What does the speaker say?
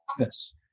office